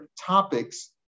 topics